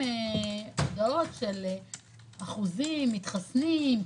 מקבלים הודעות של אחוזים, מתחסנים.